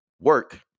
work